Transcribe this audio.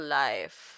life